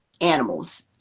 animals